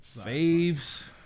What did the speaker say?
faves